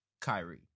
Kyrie